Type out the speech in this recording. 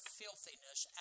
filthiness